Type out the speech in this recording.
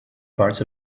parts